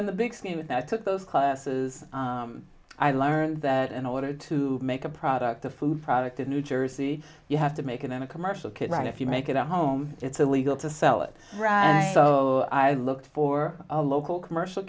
in the big scheme of that i took those classes i learned that in order to make a product or food product in new jersey you have to make it on a commercial kit right if you make it at home it's illegal to sell it so i looked for a local commercial